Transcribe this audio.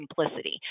simplicity